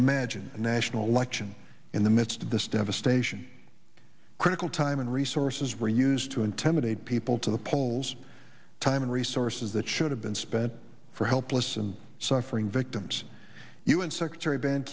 imagine a national election in the midst of this devastation critical time and resources were used to intimidate people to the polls time and resources that should have been spent for helpless and suffering victims u n secretary ban